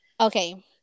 Okay